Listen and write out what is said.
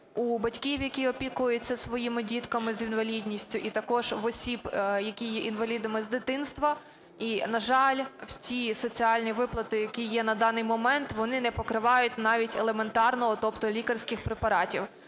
у батьків, які опікуються своїми дітками з інвалідністю і також в осіб, які є інвалідами з дитинства. І на жаль, ті соціальні виплати, які є на даний момент, вони не покривають навіть елементарного, тобто лікарських препаратів.